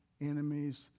enemies